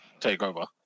takeover